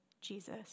Jesus